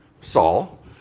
Saul